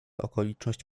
okoliczność